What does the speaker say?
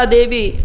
Devi